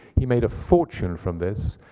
he made a fortune from this,